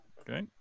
Okay